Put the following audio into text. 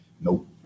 Nope